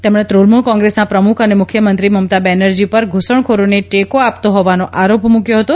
તેમણે તૃજ઼મૂલ કોંત્રેસના પ્રમુખ અને મુખ્યમંત્રી મમતા બેનરજી પર ઘુસણખોરોને ટેકો આપતા હોવાનો આરોપ મૂક્યો હતો